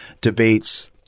debates